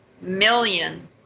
million